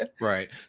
Right